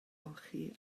olchi